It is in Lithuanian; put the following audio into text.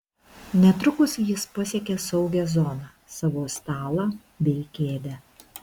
netrukus jis pasiekė saugią zoną savo stalą bei kėdę